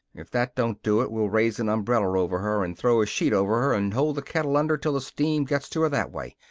if that don't do it we'll raise an umbrella over her and throw a sheet over, and hold the kettle under till the steam gets to her that way.